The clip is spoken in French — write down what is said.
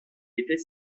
était